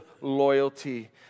loyalty